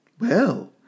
Well